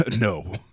no